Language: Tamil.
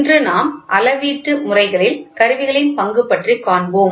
இன்று நாம் அளவீட்டு முறைகளில் கருவிகளின் பங்கு பற்றி காண்போம்